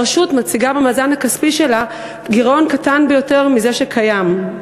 הרשות מציגה במאזן הכספי שלה גירעון קטן יותר מזה שקיים.